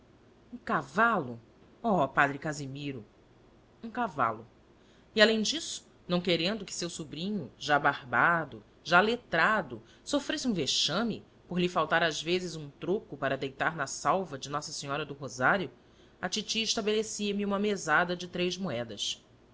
um cavalo oh padre casimiro um cavalo e alem disso não querendo que seu sobrinho já barbado já letrado sofresse um vexame por lhe faltar às vezes um troco para deitar na salva de nossa senhora do rosário a titi estabelecia me uma mesada de três moedas